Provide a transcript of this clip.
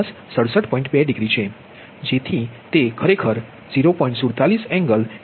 2 degree જેથી તે ખરેખર 0